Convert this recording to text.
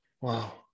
Wow